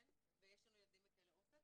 ויש לנו ילדים בכלא 'אופק',